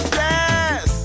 yes